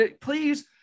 Please